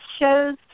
shows